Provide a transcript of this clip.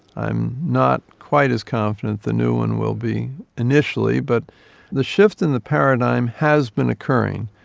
i'm not quite as confident the new one will be initially, but the shift in the paradigm has been occurring.